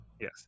yes